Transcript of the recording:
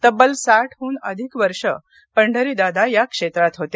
तब्बल साठहून अधिक वर्षे पंढरीदादा या क्षेत्रात होते